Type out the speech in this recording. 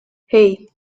hey